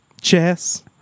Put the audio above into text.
chess